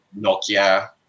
Nokia